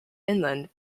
inland